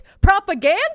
Propaganda